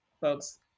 folks